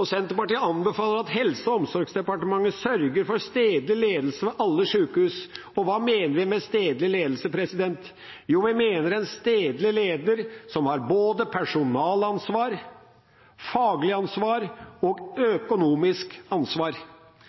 Senterpartiet anbefaler at Helse- og omsorgsdepartementet sørger for stedlig ledelse ved alle sykehus. Hva mener vi med stedlig ledelse? Jo, vi mener en stedlig leder som har både personalansvar, faglig ansvar og økonomisk ansvar.